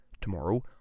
Tomorrow